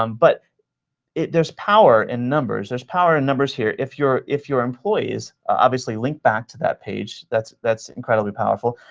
um but there's power in numbers. there's power in numbers here. if your if your employees obviously link back to that page, that's that's incredibly powerful.